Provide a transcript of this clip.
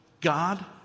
God